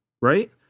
right